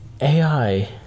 AI